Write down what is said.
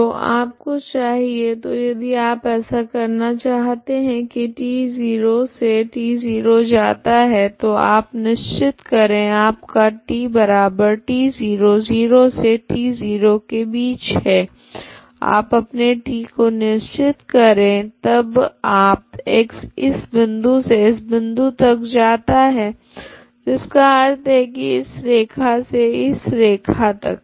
तो आपको चाहिए तो यदि आप ऐसा करना चाहते है की t 0 से t0 जाता है तो आप निश्चित करे आपका tt0 0 से t0 के बीच है आप अपने t को निश्चित करे तब आप x इस बिंदु से इस बिंदु तक जाता है जिसका अर्थ है की इस रैखा से इस रैखा तक